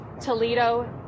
Toledo